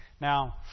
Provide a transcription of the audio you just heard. Now